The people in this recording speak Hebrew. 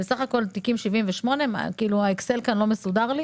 וסך הכול תיקים 78. האקסל כאן לא מסודר לי.